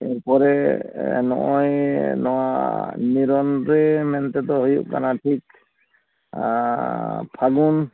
ᱮᱨᱯᱚᱨᱮ ᱱᱚᱜᱼᱚᱭ ᱱᱚᱣᱟ ᱱᱤᱨᱚᱱ ᱨᱮ ᱢᱮᱱᱛᱮᱫᱚ ᱦᱩᱭᱩᱜ ᱠᱟᱱᱟ ᱴᱷᱤᱠ ᱯᱷᱟᱹᱜᱩᱱ